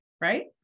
right